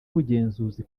ubugenzuzi